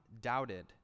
doubted